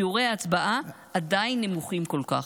שיעורי ההצבעה עדיין נמוכים כל כך.